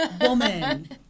woman